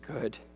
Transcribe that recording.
good